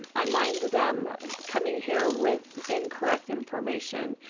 i mind them coming here with incorrect information.